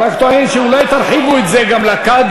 הוא רק טוען שאולי תרחיבו את זה גם לקאדים,